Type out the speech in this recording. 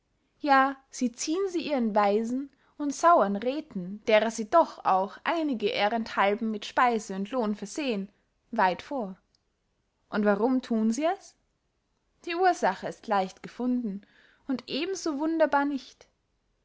ja sie ziehen sie ihren weisen und sauern räthen derer sie doch auch einige ehrenthalben mit speise und lohn versehen weit vor und warum thun sie es die ursache ist leicht gefunden und eben so wunderbar nicht